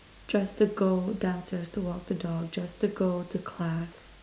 just to go downstairs to walk the dog just to go to class